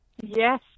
Yes